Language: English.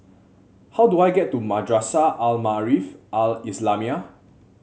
how do I get to Madrasah Al Maarif Al Islamiah